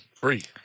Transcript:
Free